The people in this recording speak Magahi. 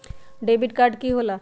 डेबिट काड की होला?